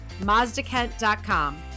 Mazdakent.com